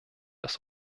das